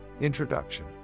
Introduction